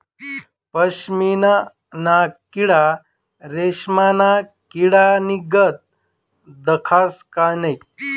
पशमीना ना किडा रेशमना किडानीगत दखास का नै